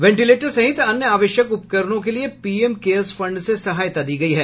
ventilator सहित अन्य आवश्यक उपकरणों के लिए पीएम केयर्स फंड से सहायता दी गयी है